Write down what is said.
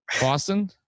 Boston